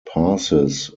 passes